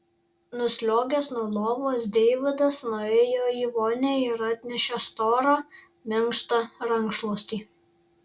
nusliuogęs nuo lovos deividas nuėjo į vonią ir atnešė storą minkštą rankšluostį